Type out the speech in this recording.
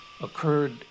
occurred